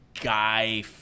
Guy